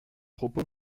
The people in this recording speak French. propos